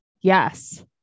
Yes